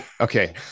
Okay